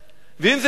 ואם זה בעניין של